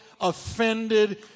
offended